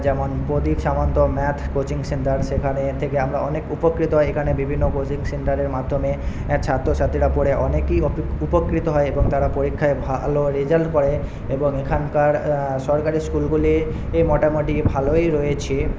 যেমন Pradip Samanta math coaching centre সেখানে এর থেকে আমরা অনেক উপকৃত হই এখানে বিভিন্ন কোচিং সেন্টারের মাধ্যমে ছাত্রছাত্রীরা পড়ে অনেকেই উপকৃত হয় এবং তারা পরীক্ষায় ভালো রেজাল্ট করে এবং এখানকার সরকারি স্কুলগুলিও মোটামুটি ভালোই রয়েছে